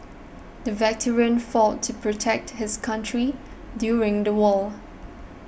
the veteran fought to protect his country during the war